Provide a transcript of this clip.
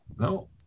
No